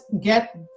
get